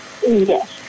Yes